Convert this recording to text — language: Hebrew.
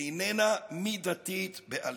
איננה מידתית בעליל.